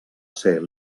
ser